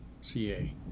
CA